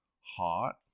hot